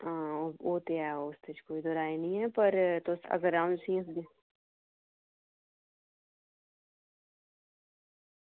हां ओह् ते ऐ ओह्दे च कोई दो राए नि पर तुस अगर अं'ऊ उसी इ'यां